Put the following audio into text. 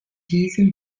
diesem